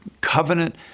covenant